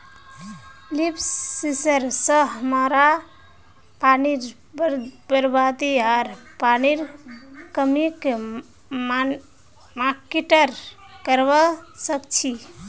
leaf sensor स हमरा पानीर बरबादी आर पानीर कमीक मॉनिटर करवा सक छी